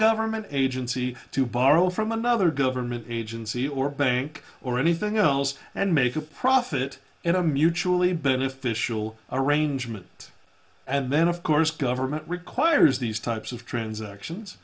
government agency to borrow from another government agency or bank or anything else and make a profit in a mutually beneficial arrangement and then of course government requires these types of transactions